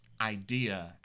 idea